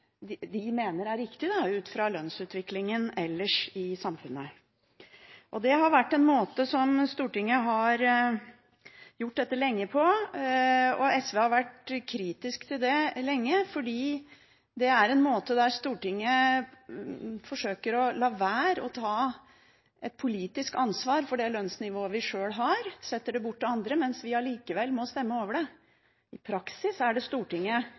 de mener er riktig i forhold til lønnsutviklingen ellers i samfunnet. Denne måten har Stortinget gjort det på lenge, og SV har vært kritisk til det, fordi det er en måte der Stortinget forsøker å la være å ta et politisk ansvar for det lønnsnivået vi sjøl har. Vi setter det bort til andre, mens vi allikevel må stemme over det. I praksis er det Stortinget